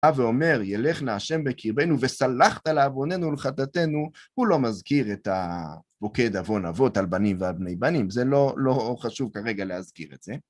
ואומר ילך נא ה' בקרבנו וסלחת לעווננו ולחטאתנו, הוא לא מזכיר את המוקד עוון אבות על בנים והבני-בנים, זה לא חשוב כרגע להזכיר את זה.